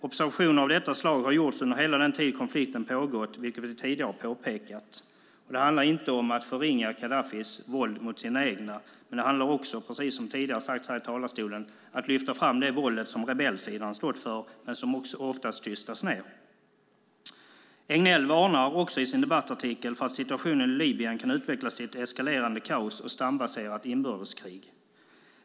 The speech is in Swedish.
Observationer av detta slag har gjorts under hela den tid konflikten har pågått, vilket vi tidigare har påpekat. Det handlar inte om att förringa Gaddafis våld mot de egna, utan det handlar också, precis som tidigare har sagts här i talarstolen, om att lyfta fram det våld som rebellsidan stått för men som ofta tystas ned. Egnell varnar också i sin debattartikel för att situationen i Libyen kan utvecklas till ett eskalerande kaos och stambaserat inbördeskrig.